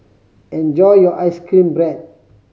enjoy your ice cream bread